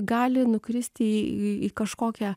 gali nukristi į į į kažkokią